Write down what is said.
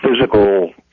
physical